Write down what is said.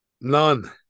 None